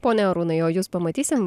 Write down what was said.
pone arūnai o jus pamatysim